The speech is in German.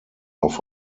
auf